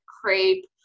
crepe